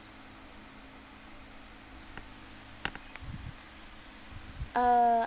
uh